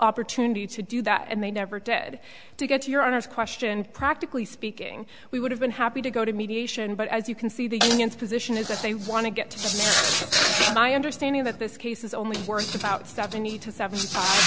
opportunity to do that and they never dead to get to your honor's question practically speaking we would have been happy to go to mediation but as you can see the union's position is that they want to get to my understanding that this case is only worth about seventy to seventy